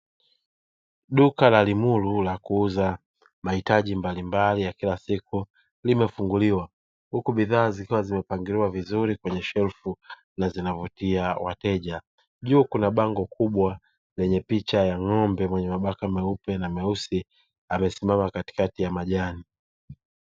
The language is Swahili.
Duka la Limuru la kuuza mahitaji mbalimbali ya kila siku limefunguliwa huku bidhaa zikiwa zimepangiliwa vizuri kwenye shelfu na zinavutia wateja. Juu kuna bango kubwa lenye picha ya ng'ombe mwenye mabaka meupe na meusi amesimama katikati ya majani.